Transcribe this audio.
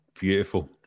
Beautiful